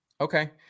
Okay